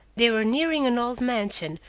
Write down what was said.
they were nearing an old mansion,